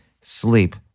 Sleep